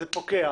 זה פוקע.